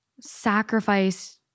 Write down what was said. sacrifice